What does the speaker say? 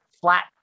flat